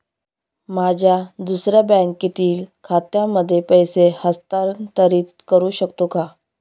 माझ्या दुसऱ्या बँकेतील खात्यामध्ये पैसे हस्तांतरित करू शकतो का?